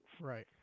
Right